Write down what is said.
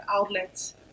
outlets